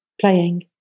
playing